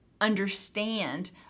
understand